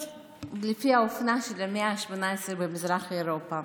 לפי האופנה של המאה ה-18 במזרח אירופה,